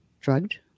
drugged